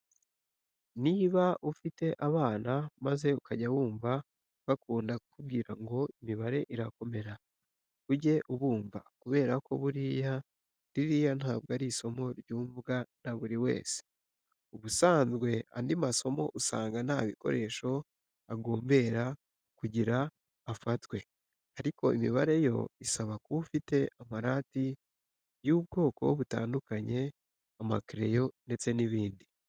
Niba ufite abana maze ukajya wumva bakunda kukubwira ngo imibare irakomera ujye ubumva kubera ko buriya ririya ntabwo ari isomo ryumvwa na buri wese. Ubusanzwe andi masomo usanga nta bikoresho agombera kugira afatwe ariko imibare yo isaba kuba ufite amarati y'ubwoko butandukanye, amakereyo ndetse n'ibindi.